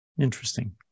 Interesting